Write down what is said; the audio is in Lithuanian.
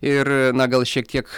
ir na gal šiek tiek